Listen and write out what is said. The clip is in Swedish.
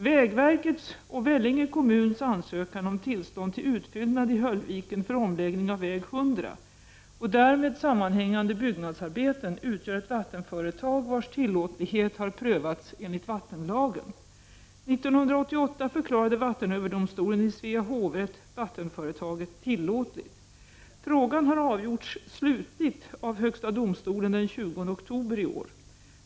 Vägverkets och Vellinge kommuns ansökan om tillstånd till utfyllnad i Höllviken för omläggning av väg 100 och därmed sammanhängande byggnadsarbeten utgör ett vattenföretag, vars tillåtlighet har prövats enligt vattenlagen. 1988 förklarade vattenöverdomstolen i Svea hovrätt vattenföretaget tillåtligt. Frågan har avgjorts slutligt av högsta domstolen den 20 oktober iår.